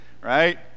right